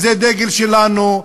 זה הדגל שלנו.